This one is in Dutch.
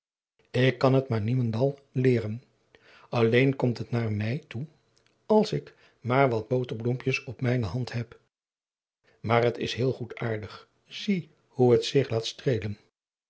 ik kan het maar niemendal leeren alleen komt het naar mij toe als ik maar wat boterbloempjes in mijne hand heb maar het is heel goedaardig zie hoe het zich laat streelen